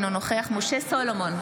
אינו נוכח משה סולומון,